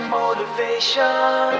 motivation